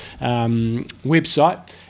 website